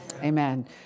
Amen